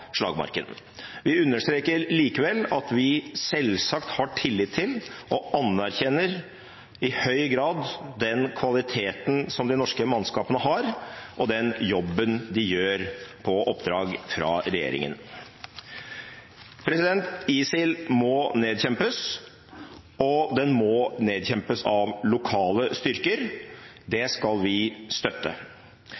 slagmarken. Vi understreker likevel at vi selvsagt har tillit til og anerkjenner i høy grad den kvaliteten som de norske mannskapene har, og den jobben de gjør på oppdrag fra regjeringen. ISIL må nedkjempes – og må nedkjempes av lokale styrker. Det